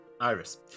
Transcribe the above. iris